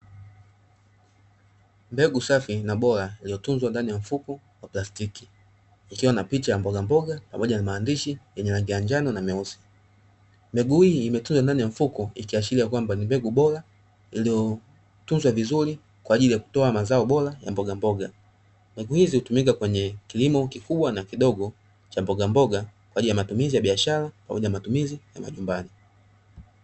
Mbegu safi na bora zilizotunzwa ndani ya mfuko wa plastiki ikiwa na picha ya mbogamboga pamoja na maandishi yenye rangi ya njano na meusi, mbegu hii imetunzwa ndani ya mfuko ikiashiria kwamba ni mbegu bora iliyotunzwa vizuri kwa ajili ya kutoa mazao bora ya mbogamboga, mbegu hizi hutumika kwenye kilimo kikubwa na kidogo cha mbogamboga kwa ajii ya matumizi ya biashara pamoja na matumizi ya majumbani.